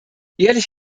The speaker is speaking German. ehrlich